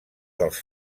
dels